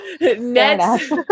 Next